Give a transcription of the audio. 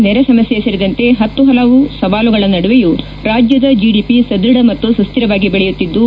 ನೆರೆ ಸಮಸ್ಯೆ ಸೇರಿದಂತೆ ಪತ್ತು ಹಲವು ಸವಾಲುಗಳ ನಡುವೆಯೂ ರಾಜ್ಯದ ಜಿಡಿಪಿ ಸದೃಢ ಮತ್ತು ಸುಹಿರವಾಗಿ ಬೆಳೆಯುತ್ತಿದ್ದು